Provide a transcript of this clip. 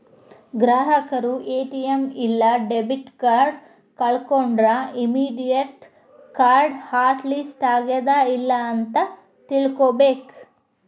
ಗ್ರಾಹಕರು ಎ.ಟಿ.ಎಂ ಇಲ್ಲಾ debit card ಕಳ್ಕೊಂಡ್ರ ಇಮ್ಮಿಡಿಯೇಟ್ ಕಾರ್ಡ್ ಹಾಟ್ ಲಿಸ್ಟ್ ಆಗ್ಯಾದ ಇಲ್ಲ ಅಂತ ತಿಳ್ಕೊಬೇಕ್